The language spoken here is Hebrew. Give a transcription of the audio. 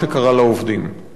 וזה לא מקרה ראשון,